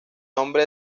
nombre